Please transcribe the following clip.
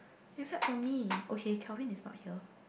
except for me okay Kelvin is not here